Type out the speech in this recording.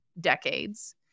decades